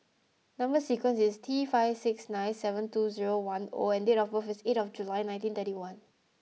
number sequence is T five six nine seven two zero one O and date of birth is eight of July nineteen thirty one